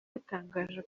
yatangaje